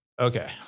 Okay